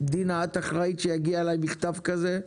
דינה את אחראית שיגיע אלי מכתב כזה,